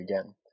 again